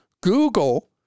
google